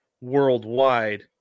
worldwide